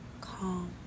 calm